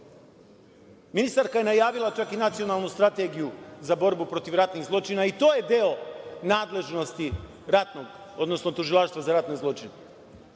reči. Ministarka je najavila čak i nacionalnu strategiju za borbu ratnih zločina, i to je deo nadležnosti Tužilaštva za ratne zločine.